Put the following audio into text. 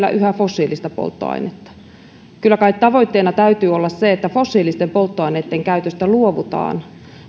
yhä fossiilista polttoainetta kyllä kai tavoitteena täytyy olla se että fossiilisten polttoaineitten käytöstä luovutaan